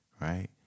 right